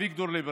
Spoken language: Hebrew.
אביגדור ליברמן,